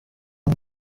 uyu